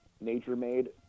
nature-made